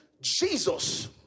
Jesus